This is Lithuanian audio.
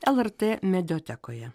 lrt mediatekoje